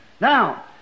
Now